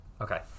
Okay